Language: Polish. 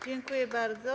Dziękuję bardzo.